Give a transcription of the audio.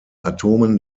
atomen